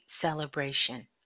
celebration